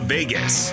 Vegas